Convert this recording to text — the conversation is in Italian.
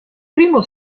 primo